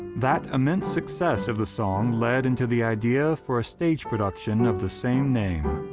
that immense success of the song led into the idea for a stage production of the same name.